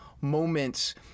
moments